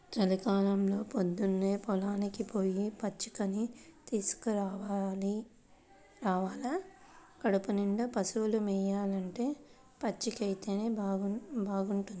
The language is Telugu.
చలికాలంలో పొద్దన్నే పొలానికి పొయ్యి పచ్చికని తీసుకురావాల కడుపునిండా పశువులు మేయాలంటే పచ్చికైతేనే బాగుంటది